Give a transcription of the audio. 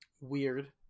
weird